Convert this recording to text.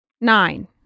Nine